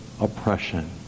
oppression